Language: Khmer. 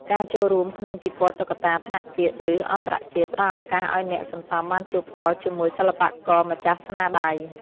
ការចូលរួមក្នុងពិព័រណ៍តុក្កតាថ្នាក់ជាតិ ឬអន្តរជាតិ ផ្ដល់ឱកាសឱ្យអ្នកសន្សំបានជួបផ្ទាល់ជាមួយសិល្បករម្ចាស់ស្នាដៃ។